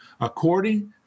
according